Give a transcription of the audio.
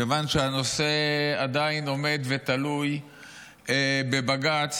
כיוון שהנושא עדיין עומד ותלוי בבג"ץ,